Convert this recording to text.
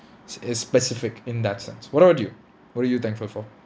is specific in that sense what about you what are you thankful for